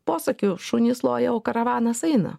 posakiu šunys loja o karavanas eina